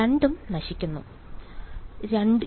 രണ്ടും നശിക്കുന്നു വിദ്യാർത്ഥി രണ്ടും